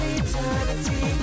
eternity